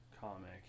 comic